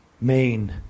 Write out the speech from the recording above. main